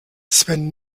sven